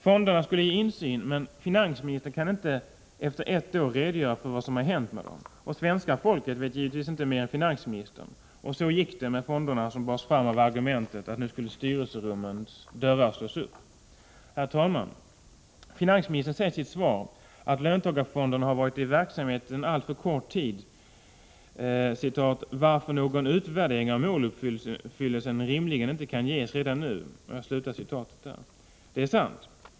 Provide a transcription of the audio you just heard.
Fonderna skulle ge insyn, men finansministern kan inte efter ett år redogöra för vad som hänt med dem. Svenska folket vet givetvis inte mer än finansministern. Så gick det med fonderna, som bars fram av argumentet att nu skulle styrelserummens dörrar slås upp. Herr talman! Finansministern säger i sitt svar att löntagarfonderna har varit i verksamhet alltför kort tid, ”varför någon utvärdering av måluppfyllelsen rimligen inte kan ges redan nu”. Det är sant.